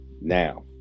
now